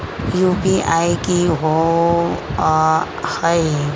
UPI कि होअ हई?